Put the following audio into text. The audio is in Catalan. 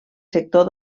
sector